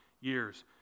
years